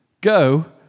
go